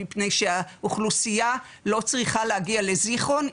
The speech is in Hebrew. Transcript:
מפני שהאוכלוסייה לא צריכה להגיע לזכרון,